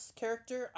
character